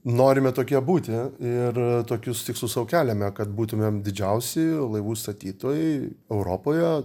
norime tokie būti ir tokius tikslus sau keliame kad būtumėm didžiausi laivų statytojai europoje